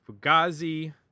Fugazi